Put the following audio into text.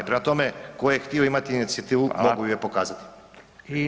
Prema tome, tko je htio imati inicijativu, mogao ju je pokazati.